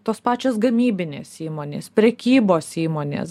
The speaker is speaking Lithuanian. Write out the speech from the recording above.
tos pačios gamybinės įmonės prekybos įmonės